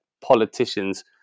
politicians